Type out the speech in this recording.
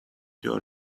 your